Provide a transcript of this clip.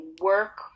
work